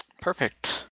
Perfect